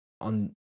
on